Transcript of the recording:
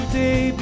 day